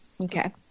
Okay